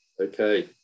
okay